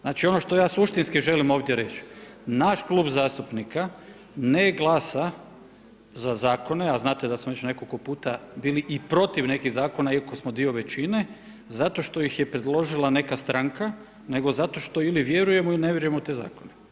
Znači, ono što ja suštinski želim ovdje reći, naš Klub zastupnika ne glasa za zakone, a znate da smo već nekoliko puta bili i protiv nekih zakona iako smo dio većine zato što ih je predložila neka stranka, nego zato što ili vjerujemo ili ne vjerujemo u te zakone.